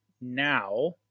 now